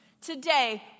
Today